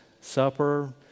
Supper